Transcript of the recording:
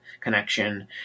connection